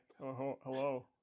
hello